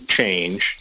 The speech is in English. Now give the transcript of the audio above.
change